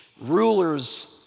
rulers